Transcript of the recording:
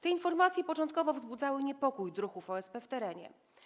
Te informacje początkowo wzbudzały niepokój druhów OSP w terenie.